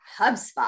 HubSpot